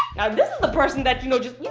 now this is the person that you know just, you